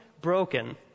broken